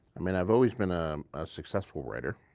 i mean i have always been a successful writer,